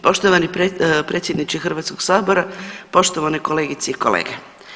Poštovani predsjedniče Hrvatskog sabora, poštovane kolegice i kolege.